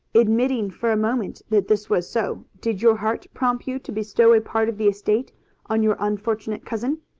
admitting for a moment that this was so, did your heart prompt you to bestow a part of the estate on your unfortunate cousin?